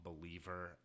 believer